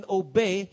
obey